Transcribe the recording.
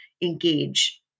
engage